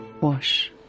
wash